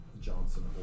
Johnson